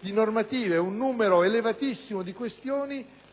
di normative, un numero elevatissimo di questioni